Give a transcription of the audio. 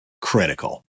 critical